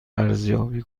ارزیابی